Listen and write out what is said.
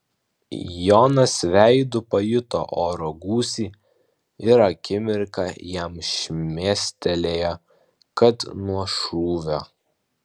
jonas veidu pajuto oro gūsį ir akimirką jam šmėstelėjo kad nuo šūvio